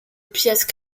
pièce